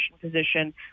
position